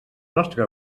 nostre